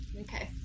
Okay